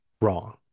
wrong